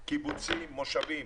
קיבוצים, מושבים,